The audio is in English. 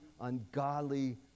ungodly